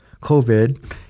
COVID